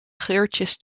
geurtjes